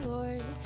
Lord